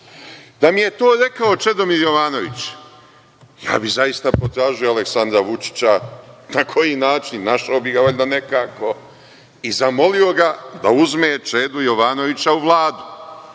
Da mi je to rekao Čedomir Jovanović, ja bih zaista potražio Aleksandra Vučića, na koji način, našao bih ga valjda nekako i zamolio ga da uzme Čedu Jovanovića u Vladu,